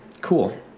cool